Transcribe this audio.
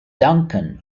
duncan